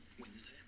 Wednesday